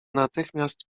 natychmiast